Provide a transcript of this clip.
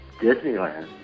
Disneyland